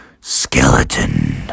skeleton